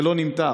ולא נמתח,